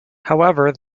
however